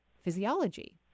physiology